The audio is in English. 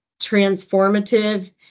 transformative